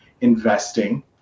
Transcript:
investing